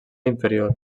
inferior